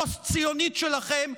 בניגוד לאמונה הפוסט-ציונית שלכם,